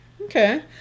okay